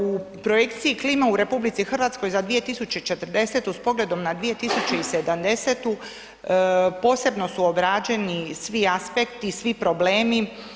U projekciji klima u RH za 2040. s pogledom na 2070. posebno su obrađeni svi aspekti i svi problemi.